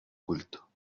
culto